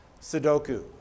Sudoku